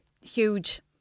huge